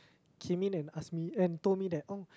came in and ask me and told me that oh